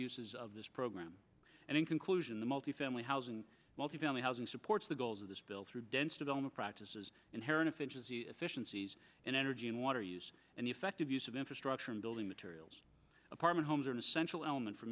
uses of this program and in conclusion the multifamily housing multifamily housing supports the goals of this bill through dented on the practices inherent efficiency efficiencies in energy and water use and effective use of infrastructure and building materials apartment homes or the central element for